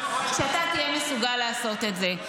שאתה תהיה מסוגל לעשות את זה.